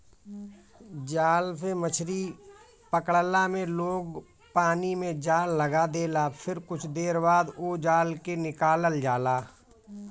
जाल से मछरी पकड़ला में लोग पानी में जाल लगा देला फिर कुछ देर बाद ओ जाल के निकालल जाला